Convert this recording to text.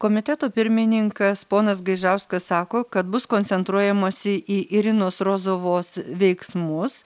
komiteto pirmininkas ponas gaižauskas sako kad bus koncentruojamasi į irinos rozovos veiksmus